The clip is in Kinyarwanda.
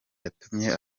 yatumye